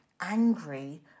angry